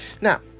Now